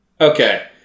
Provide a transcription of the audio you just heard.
Okay